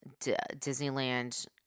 Disneyland